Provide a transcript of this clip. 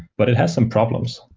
but it has some problems.